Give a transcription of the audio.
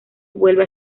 vuelve